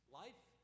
life